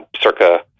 circa